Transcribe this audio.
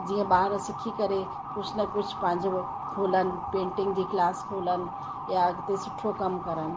जीअं ॿार सिखी करे कुझु न कुझु पंहिंजो खोलनि पेंटिंग जी क्लास खोलनि या अॻिते सुठो कमु करणु